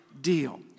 deal